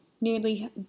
nearly